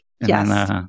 Yes